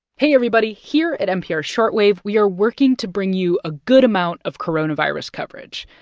hey, everybody. here at npr's short wave, we are working to bring you a good amount of coronavirus coverage.